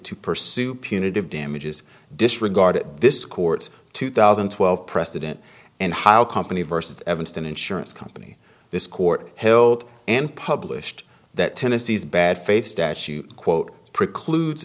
to pursue punitive damages disregarded this court two thousand and twelve precedent and how company versus evanston insurance company this court held and published that tennessee's bad faith statute quote precludes